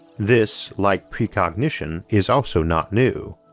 this, like precognition is also not new.